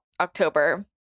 october